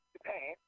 Japan